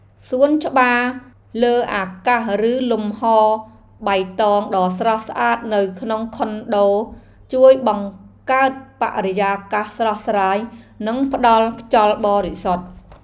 សួនច្បារលើអាកាសឬលំហបៃតងដ៏ស្រស់ស្អាតនៅក្នុងខុនដូជួយបង្កើតបរិយាកាសស្រស់ស្រាយនិងផ្តល់ខ្យល់បរិសុទ្ធ។